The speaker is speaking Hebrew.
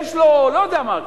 יש לו לא יודע מה,